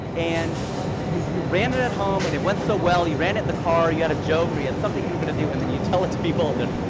and you you ran it at home and it went so well. you ran it in the car. you had a joke or you had something you were going to do. and then you tell it to people and